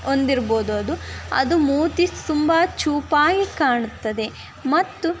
ಹೊಂದಿರ್ಬೋದು ಅದು ಅದು ಮೂತಿ ತುಂಬ ಚೂಪಾಗಿ ಕಾಣುತ್ತದೆ ಮತ್ತು